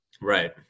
Right